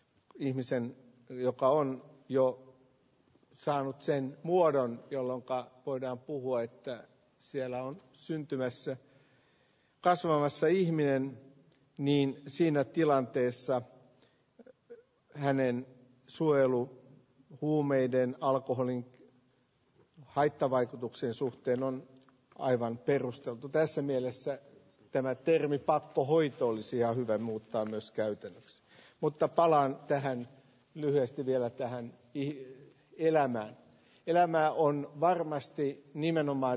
ihmisen yötauon jo saanut sen muodon jolanta voidaan puhua että siellä on syntymässä kasuavassa ihminen niin siinä tilanteessa että hänen suojelu huumeiden alkoholin haittavaikutuksen suhteen on aivan perusteltu tässä mielessä tämä termi pakkohoito olisi hyvä muuttaa myös käyttänyt mutta palaan tähän lyhyesti vielä tähän ei elämä on elämää on varmasti nimenomaan